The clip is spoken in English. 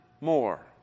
more